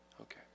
Okay